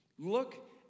Look